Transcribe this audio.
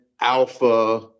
alpha